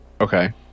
Okay